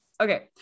Okay